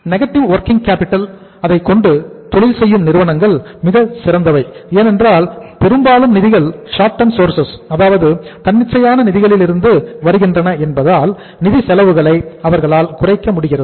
negative working capital அல்லது தன்னிச்சையான நிதிகளிலிருந்து வருகின்றன என்பதால் நிதி செலவுகளை அவர்களால் குறைக்க முடிகிறது